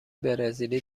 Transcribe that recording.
برزیلی